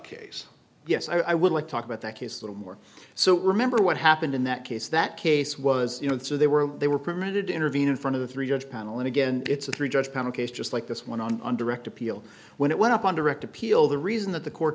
case yes i would like to talk about that case a little more so remember what happened in that case that case was you know they were they were permitted to intervene in front of the three judge panel and again it's a three judge panel case just like this one on undirected appeal when it went up on direct appeal the reason that the court